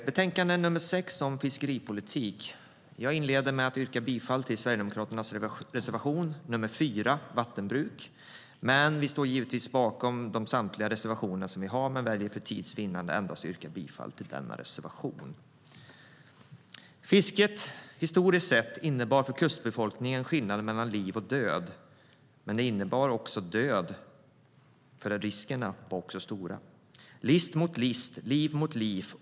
Herr talman! Jag inleder med att yrka bifall till Sverigedemokraternas reservation 4 om vattenbruk i miljö och jordbruksutskottets betänkande 6 om fiskeripolitik. Vi står givetvis bakom samtliga våra reservationer, men jag väljer för tids vinnande att yrka bifall endast till denna reservation. Fisket innebar historiskt sett för kustbefolkningen skillnaden mellan liv och död. Men det innebar också död eftersom riskerna var stora. List mot list. Lif för lif.